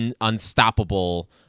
unstoppable